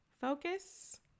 focus